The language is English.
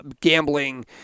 gambling